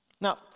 Now